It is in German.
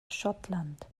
schottland